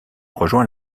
rejoint